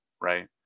right